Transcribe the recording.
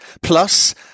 plus